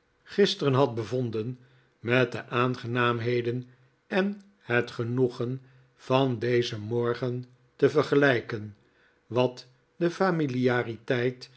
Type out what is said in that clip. gisteren had bevonden met de aangenaamheden en het genoegen van dezen morgen te vergelijken wat de familiariteit